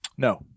No